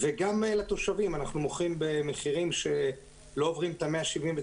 וגם לתושבים אנחנו מוכרים במחירים שלא עוברים את ה-179 שקלים,